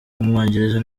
w’umwongereza